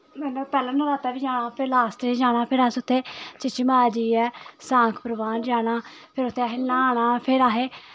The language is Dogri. मतलब पैह्ले नरातै बी जाना उत्थै लास्ट बी जाना फिर अस उत्थै चीची माता जाइयै सांख भरवान जाना फिर उत्थै असें न्हाना फिर उत्थै असें